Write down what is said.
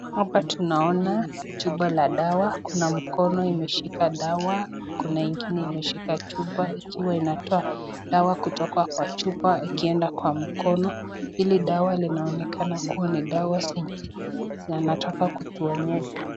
Hapa tunaona chupa la dawa. Kuna mkono imeshika dawa. Kuna ingine imeshika chupa ikiwa inatoa dawa kutoka kwa chupa ikienda kwa mkono ili dawa inaonekana kua ni dawa zenye anataka kutuonyesha.